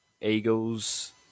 eagles